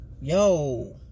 Yo